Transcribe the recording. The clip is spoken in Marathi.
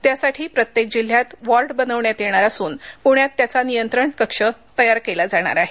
त्यासाठी प्रत्येक जिल्ह्यात वॉर्ड बनविण्यात येणार असून पुण्यात त्याचा नियंत्रण कक्ष तयार केला जाणार आहे